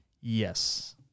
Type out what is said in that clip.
Yes